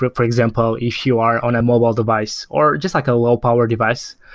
but for example, if you are on a mobile device or just like a low power device,